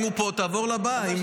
אם הוא פה, תעבור לבאה.